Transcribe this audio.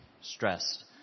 stressed